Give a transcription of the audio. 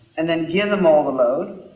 and then give them all the load,